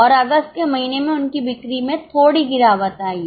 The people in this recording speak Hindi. और अगस्त के महीने में उनकी बिक्री में थोड़ी गिरावट आई है